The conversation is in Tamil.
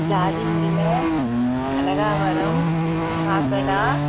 ஜாதி முல்லை கனகாம்மரம் காக்கடா